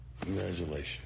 congratulations